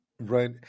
Right